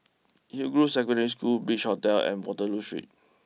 Hillgrove Secondary School Beach Hotel and Waterloo Street